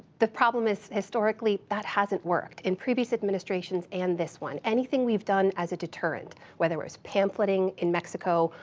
the problem is, historically, that hasn't worked. in previous administrations and this one, anything we have done as a deterrent, whether it was pamphleting in mexico,